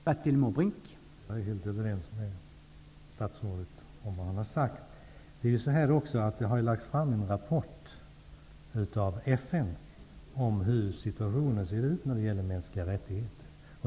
Herr talman! Jag är helt överens med statsrådet om det han säger. Det har lagts fram en rapport av FN om hur situationen ser ut när det gäller mänskliga rättigheter.